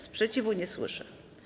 Sprzeciwu nie słyszę.